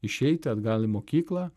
išeiti atgal į mokyklą